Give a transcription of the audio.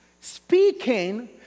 speaking